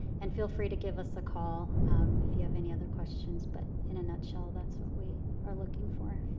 and feel free to give us a call if you have any other questions. but in a nutshell, that's what we are looking for.